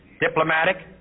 diplomatic